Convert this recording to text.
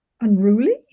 Unruly